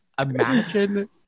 imagine